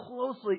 closely